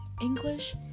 English